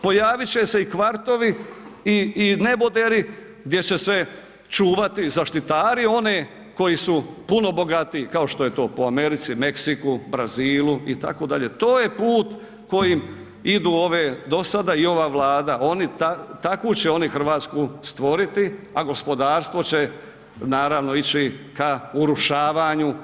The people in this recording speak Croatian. Pojavit će se i kvartovi i neboderi gdje će se čuvati zaštitari one koji su puno bogatiji kao što je to po Americi, Meksiku, Brazilu itd. to je put kojim idu ove do sada i ova Vlada takvu će oni Hrvatsku stvoriti, a gospodarstvo će naravno ići k urušavanju.